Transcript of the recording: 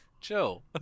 Chill